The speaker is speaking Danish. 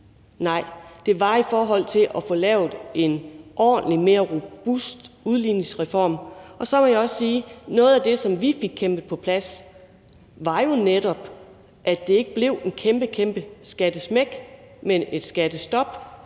Nej, det var for at få lavet en ordentlig og mere robust udligningsreform. Og så må jeg også sige, at noget af det, vi fik kæmpet på plads, jo netop var, at det ikke blev til et kæmpe skattesmæk, men et skattestop.